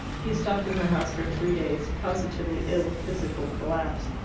he stopped in the house for three days, positively ill with physical collapse.